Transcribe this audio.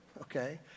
okay